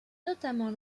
notamment